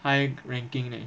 high ranking leh